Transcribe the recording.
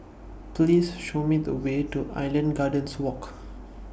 Please Show Me The Way to Island Gardens Walk